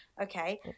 Okay